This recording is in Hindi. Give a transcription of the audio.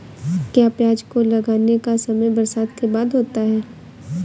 क्या प्याज को लगाने का समय बरसात के बाद होता है?